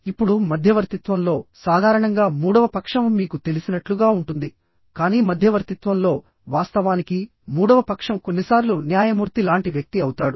ఇప్పుడు మధ్యవర్తిత్వంలో సాధారణంగా మూడవ పక్షం మీకు తెలిసినట్లుగా ఉంటుంది కానీ మధ్యవర్తిత్వంలో వాస్తవానికి మూడవ పక్షం కొన్నిసార్లు న్యాయమూర్తి లాంటి వ్యక్తి అవుతాడు